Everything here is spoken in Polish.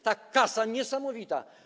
Ta kasa niesamowita.